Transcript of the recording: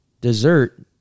Dessert